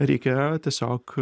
reikia tiesiog